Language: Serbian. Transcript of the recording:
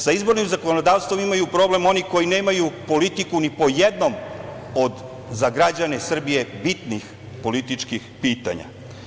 Sa izbornim zakonodavstvom imaju problem oni koji nemaju politiku ni po jednom od za građane Srbije bitnih političkih pitanja.